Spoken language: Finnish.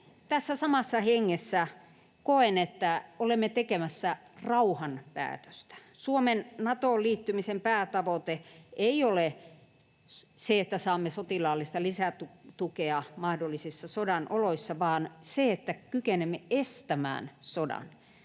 tässä samassa hengessä koen, että olemme tekemässä rauhan päätöstä. Suomen Natoon liittymisen päätavoite ei ole se, että saamme sotilaallista lisätukea mahdollisissa sodan oloissa, vaan se, että kykenemme estämään sodan.